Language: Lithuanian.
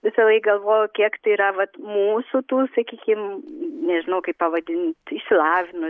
visąlaik galvoju kiek tai yra vat mūsų tų sakykim nežinau kaip pavadint išsilavinu